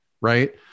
right